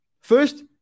First